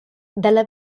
dalla